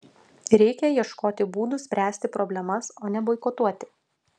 reikia ieškoti būdų spręsti problemas o ne boikotuoti